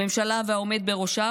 הממשלה והעומד בראשה